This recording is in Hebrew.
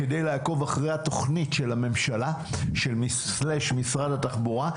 כדי לעקוב אחרי התוכנית של הממשלה/משרד התחבורה.